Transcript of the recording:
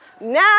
Now